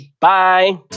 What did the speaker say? bye